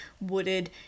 wooded